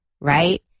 Right